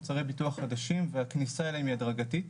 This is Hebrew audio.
מוצרי ביטוח חדשים והכניסה אליהם היא הדרגתית.